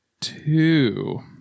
two